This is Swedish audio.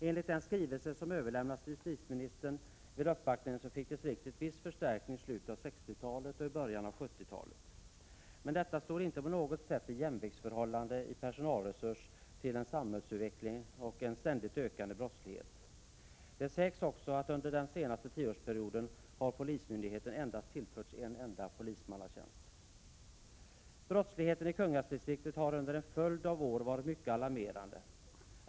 Enligt den skrivelse som överlämnades till justitieministern vid uppvaktningen fick distriktet viss förstärkning i slutet av 60-talet och i början av 70-talet, men denna personalresursnivå stod inte på något sätt i förhållande till samhällsutvecklingen och en ständigt ökande brottslighet. Det sägs också att polismyndigheten under den senaste tioårsperioden har tillförts endast en polismanstjänst. Brottsligheten i Kungälvsdistriktet har under en följd av år varit mycket alarmerande.